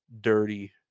dirty